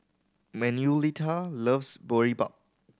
Manuelita loves Boribap